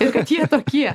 ir kad jie tokie